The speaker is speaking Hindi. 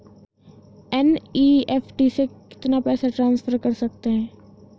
एन.ई.एफ.टी से कितना पैसा ट्रांसफर कर सकते हैं?